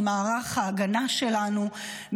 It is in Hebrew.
ממערך ההגנה שלנו,